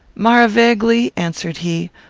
maravegli, answered he,